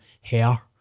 hair